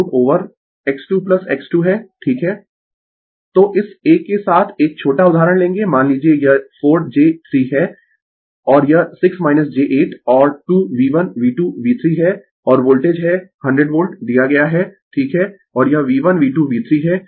Refer Slide Time 3602 तो इस एक के साथ एक छोटा उदाहरण लेंगें मान लीजिए यह 4 j 3 है और यह 6 j 8 और 2 V1 V2V3 है और वोल्टेज है 100 वोल्ट दिया गया है ठीक है और यह V1 V2V3 है